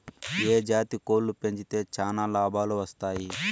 ఏ జాతి కోళ్లు పెంచితే చానా లాభాలు వస్తాయి?